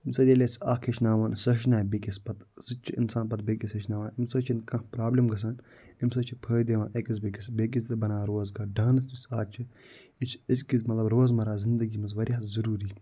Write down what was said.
أمۍ سۭتۍ ییٚلہِ أسۍ اَکھ ہیٚچھناوُن سُہ ہیٚچھنایہِ بیٚکِس پتہٕ سُتہِ چھِ اِنسان پتہٕ بیٚکِس ہیٚچھناوان أمۍ سۭتۍ چھِنہٕ کانٛہہ پرابلِم گژھان أمۍ سۭتۍ چھِ فٲیِدٕ یِوان أکِس بیٚکِس تہِ بنان روزگار ڈانَس یُس آز چھِ یہِ چھِ أزۍ کِس مطلب روزمرہ زندگی منٛز واریاہ ضُوروٗری